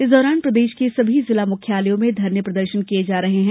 इस दौरान प्रदेश के सभी जिला मुख्यालयों में धरने प्रदर्शन किए जा रहे हैं